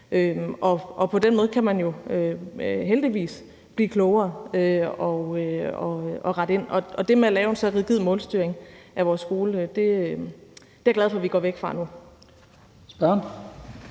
På den måde kan man jo heldigvis blive klogere og rette ind. Og det med at lave en så rigid målstyring af vores skole er jeg glad for at vi går væk fra nu.